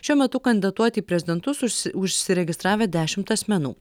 šiuo metu kandidatuot į prezidentus užsi užsiregistravę dešimt asmenų